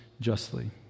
justly